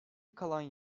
kalan